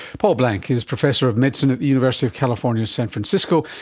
paul blanc is professor of medicine at the university of california, san francisco,